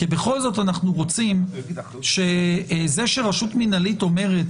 כי בכל זאת אנחנו רוצים שכאשר רשות מנהלית אומרת: